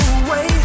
away